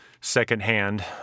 secondhand